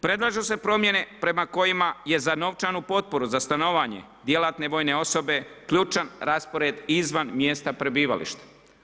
Predlažu se promijene prema kojima je za novčanu potporu, za stanovanje djelatne vojne osobe, ključan raspored i izvan mjesta prebivališta.